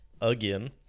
again